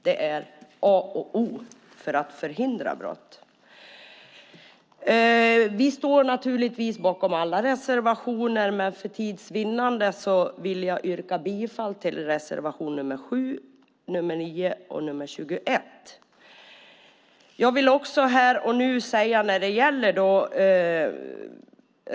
Det är A och O för att förhindra brott. Vi står naturligtvis bakom alla reservationer, men för tids vinnande vill jag yrka bifall till reservationerna nr 7, 9 och 21.